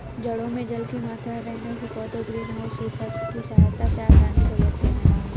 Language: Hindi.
जड़ों में जल की मात्रा रहने से पौधे ग्रीन हाउस इफेक्ट की सहायता से आसानी से बढ़ते हैं